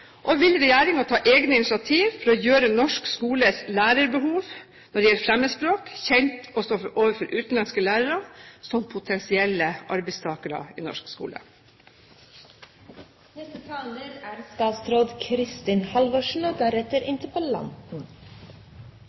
Og vil regjeringen ta egne initiativ for å gjøre norsk skoles lærerbehov når det gjelder fremmedspråk, kjent også overfor utenlandske lærere som potensielle arbeidstakere i norsk skole? Representanten Aspaker har rett i at det er